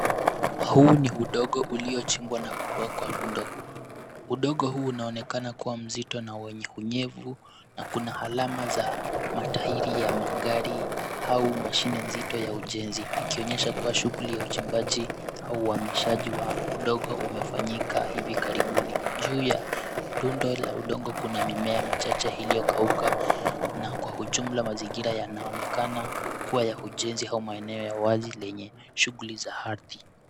Huu ni udongo uliochimbwa na kuwekwa rundo, udongo huu unaonekana kuwa mzito na wenye unyevu, na kuna alama za matairi ya magari au mashine nzito ya ujenzi, Ikionyesha kuwa shughuli ya uchimbaji au uhamishaji wa udongo umefanyika hivi karibuni. Juu ya rundo la udongo, kuna mimea michache iliyokauka, na kwa ujumla mazingira yanaonekana kuwa ya ujenzi au maeneo ya wazi lenye shughuli za ardhi.